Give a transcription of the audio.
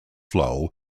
flow